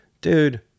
Dude